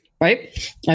right